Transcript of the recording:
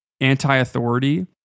anti-authority